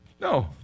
No